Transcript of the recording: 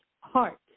heart